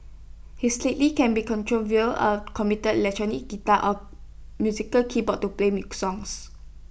his lately can be controlled via A computer electric guitar or musical keyboard to play milk songs